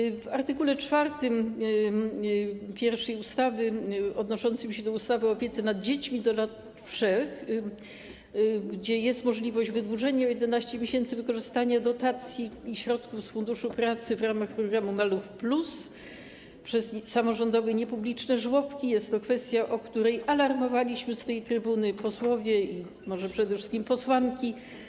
Jeśli chodzi o art. 4 pierwszej ustawy odnoszący się do ustawy o opiece nad dziećmi do lat 3, gdzie jest możliwość wydłużenia o 11 miesięcy okresu wykorzystania dotacji i środków z Funduszu Pracy w ramach programu „Maluch+” przez samorządowe i niepubliczne żłobki, jest to kwestia, o której alarmowaliśmy z tej trybuny, posłowie i może przede wszystkim posłanki.